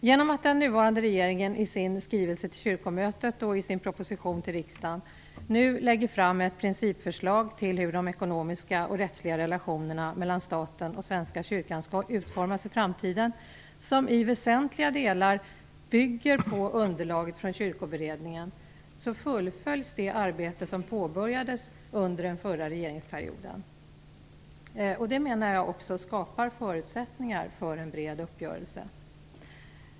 Genom att den nuvarande regeringen in sin skrivelse till kyrkomötet och i sin proposition till riksdagen nu lägger fram ett principförslag till hur de ekonomiska och rättsliga relationerna mellan staten och Svenska kyrkan skall utformas i framtiden som i väsentliga delar bygger på underlaget från kyrkoberedningen fullföljs det arbete som påbörjades under den förra regeringsperioden. Det menar jag skapar förutsättningar för en bred uppgörelse.